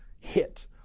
hit